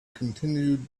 continued